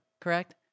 Correct